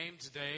today